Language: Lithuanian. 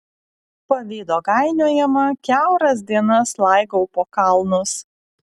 pavydo gainiojama kiauras dienas laigau po kalnus